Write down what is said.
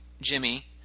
Jimmy